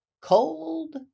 cold